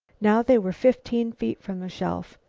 now they were fifteen feet from the shelf,